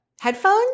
headphones